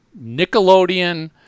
Nickelodeon